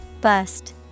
Bust